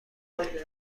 پذیریم